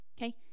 Okay